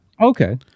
Okay